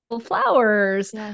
flowers